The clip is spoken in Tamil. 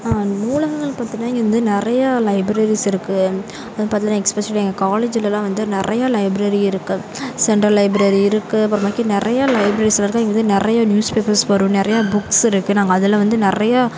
நூலகங்கள் பார்த்திங்கனா இங்கே வந்து நிறையா லைப்ரரிஸ் இருக்குது அது பார்த்திங்கனா எஸ்பெஷலி எங்கள் காலேஜ்லெலாம் வந்து நிறையா லைப்ரரி இருக்குது சென்ட்ரல் லைப்ரரி இருக்குது அப்புறமேக்கு நிறையா லைப்ரரிஸ் வருது இங்கே வந்து நிறையா நியூஸ் பேப்பர்ஸ் வரும் நிறையா புக்ஸ் இருக்குது நாங்கள் அதில் வந்து நிறையா